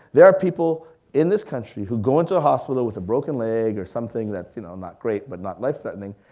there are people in this country, who go into a hospital with a broken leg, or something you know not great, but not life threatening,